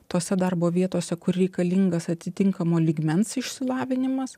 tose darbo vietose kur reikalingas atitinkamo lygmens išsilavinimas